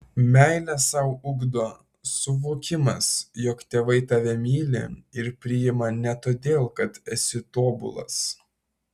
meilę sau ugdo suvokimas jog tėvai tave myli ir priima ne todėl kad esi tobulas